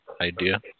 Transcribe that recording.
idea